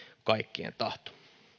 kaikkien tahto